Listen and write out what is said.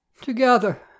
Together